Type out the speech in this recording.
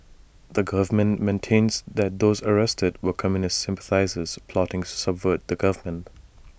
the government maintains that those arrested were communist sympathisers plotting to subvert the government